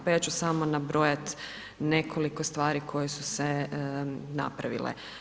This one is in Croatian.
Pa ja ću samo nabrojati nekoliko stvari koje su se napravile.